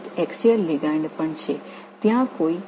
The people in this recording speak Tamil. அங்கே ஒரு ஆக்சியல் லிகாண்ட் உள்ளது